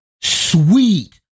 sweet